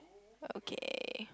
okay